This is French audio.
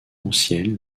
ancienne